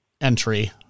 entry